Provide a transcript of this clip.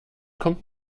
kommt